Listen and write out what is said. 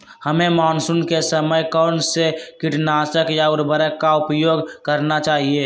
हमें मानसून के समय कौन से किटनाशक या उर्वरक का उपयोग करना चाहिए?